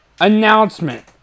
announcement